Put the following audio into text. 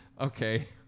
Okay